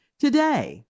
Today